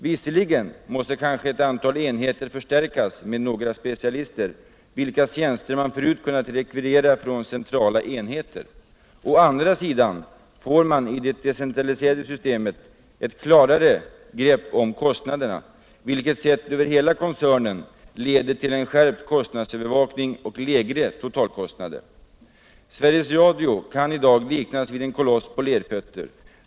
Visserligen måste kanske ett antal enheter förstärkas med några specialister, vilkas tjänster man förut kunnat rekvirera från centrala enheter, men å andra sidan får man i det decentraliserade systemet ett fastare grepp om kostnaderna, vilket sett över hela koncernen leder till en skärpt kostnadsövervakning och lägre totalkostnader. Sveriges Radio kan i dag liknas vid en koloss på lerfötter.